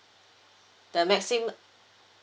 the maxim~